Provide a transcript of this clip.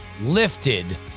lifted